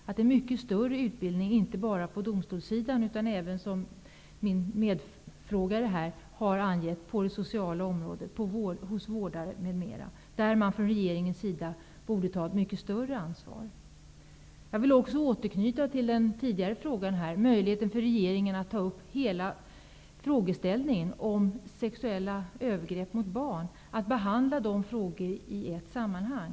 Behövs det inte mer utbildning inte bara på domstolsområdet utan också, som min medfrågare här har angett, på det sociala området hos vårdare m.fl? Regeringen borde ta ett mycket större ansvar. Jag vill också återknyta till den fråga som nämndes tidigare, nämligen möjligheten för regeringen att behandla hela frågeställningen om sexuella övergrepp mot barn i ett sammanhang.